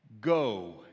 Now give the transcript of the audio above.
Go